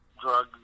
drug